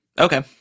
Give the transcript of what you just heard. Okay